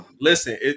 listen